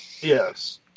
Yes